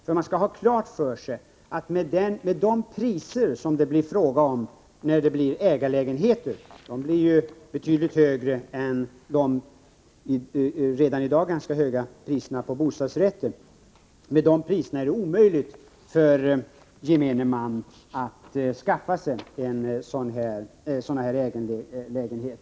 Vi skall ha klart för oss att priserna på ägarlägenheter skulle bli betydligt högre än de redan i dag ganska höga priserna på bostadsrätter. Med sådana priser skulle det bli omöjligt för gemene man att skaffa sig en ägarlägenhet.